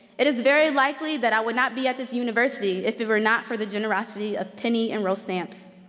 it is very likely that i would not be at this university if it were not for the generosity of penny and roe stamps.